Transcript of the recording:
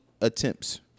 attempts